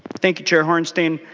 thank you chair hornstein.